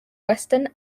western